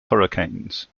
hurricanes